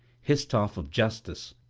his staff of justice,